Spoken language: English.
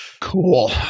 Cool